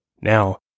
Now